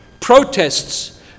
protests